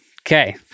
Okay